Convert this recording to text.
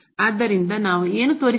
ಆದ್ದರಿಂದ ನಾವು ಏನು ತೋರಿಸಬೇಕು